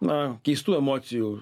na keistų emocijų